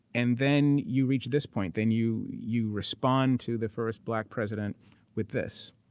and then you reached this point, then you you respond to the first black president with this.